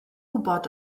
wybod